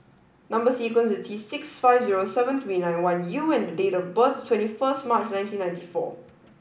number sequence is T six five zero seven three nine one U and date of birth is twenty first March nineteen ninety four